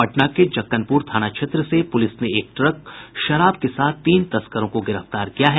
पटना के जक्कनपुर थाना क्षेत्र से पुलिस ने एक ट्रक शराब के साथ तीन तस्करों को गिरफ्तार किया है